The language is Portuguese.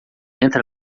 entra